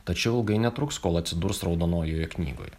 tačiau ilgai netruks kol atsidurs raudonojoje knygoje